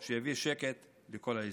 לחתור לתהליך שלום שיביא שקט לכל האזור.